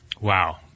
Wow